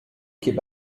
keep